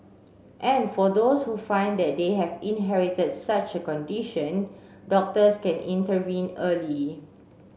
and for those who find that they have inherited such a condition doctors can intervene early